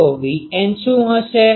તો Vn શું હશે